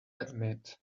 admit